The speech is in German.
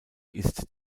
ist